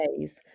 days